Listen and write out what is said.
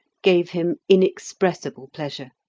gave him inexpressible pleasure.